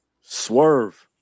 Swerve